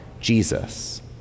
Jesus